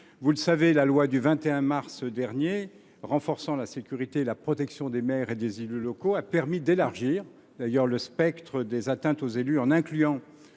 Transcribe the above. Vous le savez, la loi du 21 mars 2024 renforçant la sécurité et la protection des maires et des élus locaux a permis d’élargir le spectre des atteintes aux élus en incluant